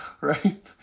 right